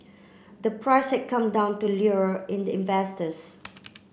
the price had come down to lure in the investors